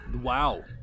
Wow